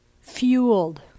fueled